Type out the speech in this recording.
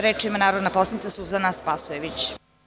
Reč ima narodna poslanica Suzana Spasojević.